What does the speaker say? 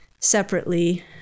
separately